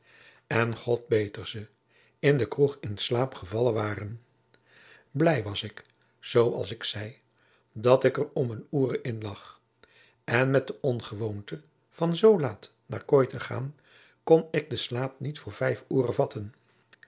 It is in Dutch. en god beter ze in de kroeg in slaap gevallen waren blij was ik zoo als ik zei dat ik er om een oere in lag en met de ongewoonte van zoo laat naar kooi te gaan kon ik den sloâp niet voor vijf oere vatten